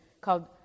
called